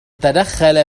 تدخل